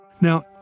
Now